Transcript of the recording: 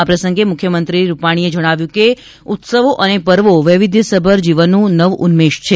આ પ્રસંગે મુખ્યમંત્રી વિજયરૂપાણી એ જણાવ્યું કે ઉત્સવો અને પર્વો વૈવિધ્યસભર જીવનનું નવઉન્મેષ છે